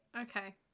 Okay